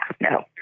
no